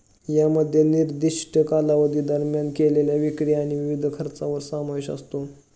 यामध्ये निर्दिष्ट कालावधी दरम्यान केलेल्या विक्री आणि विविध खर्चांचा समावेश असतो